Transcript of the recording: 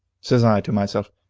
says i to myself,